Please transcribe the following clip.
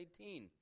18